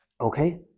Okay